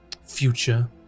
future